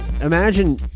imagine